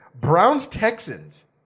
Browns-Texans